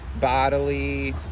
bodily